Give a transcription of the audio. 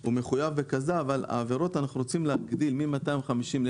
הוא מחויב בחבישת קסדה אבל את גובה הקנס בעבירות אנחנו רוצים